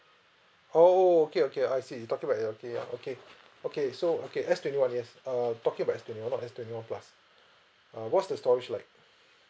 oh oh okay okay I see you're talking about ya okay okay so okay S twenty one yes err I'm talking about S twenty one not S twenty one plus uh what's the storage like